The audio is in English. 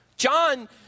John